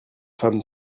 femme